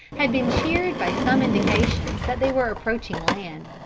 had been cheered by some indications that they were approaching land.